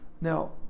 now